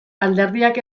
alderdiak